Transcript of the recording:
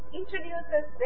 introduces